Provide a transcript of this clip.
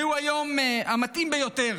זהו היום המתאים ביותר,